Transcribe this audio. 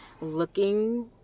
looking